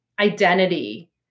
identity